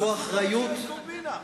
עשו ממשלת קומבינה.